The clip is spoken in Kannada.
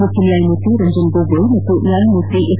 ಮುಖ್ಯ ನ್ಯಾಯಮೂರ್ತಿ ರಂಜನ್ ಗೊಗೋಯ್ ಮತ್ತು ನ್ಯಾಯಮೂರ್ತಿ ಎಸ್